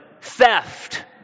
theft